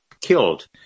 killed